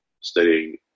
studying